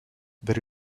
there